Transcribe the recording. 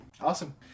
Awesome